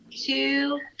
two